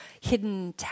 hidden